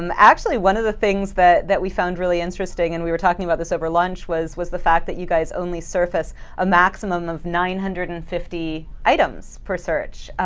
and actually, one of the things that that we found really interesting, and we were talking about this over lunch, was was the fact that you guys only surface a maximum of nine hundred and fifty items per search.